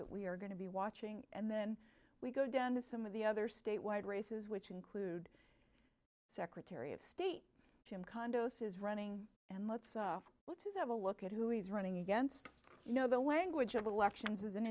that we are going to be watching and then we go down to some of the other statewide races which include secretary of state jim condo's is running and let's let's have a look at who he's running against you know the language of elections is an